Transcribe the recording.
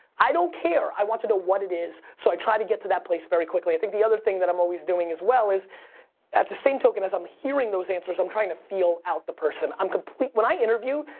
i don't care. i want to know what it is, so i try to get to that place very quickly. i think the other that i'm always doing as well is at the same token as i'm hearing those answers, i'm trying to feel out the person. i'm complete. when i interview,